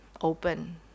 open